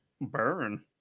Burn